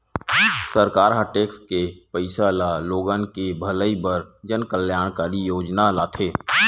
सरकार ह टेक्स के पइसा ल लोगन के भलई बर जनकल्यानकारी योजना लाथे